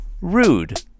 Rude